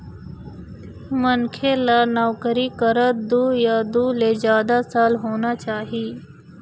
मनखे ल नउकरी करत दू या दू ले जादा साल होना चाही